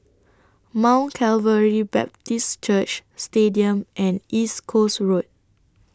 Mount Calvary Baptist Church Stadium and East Coast Road